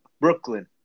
Brooklyn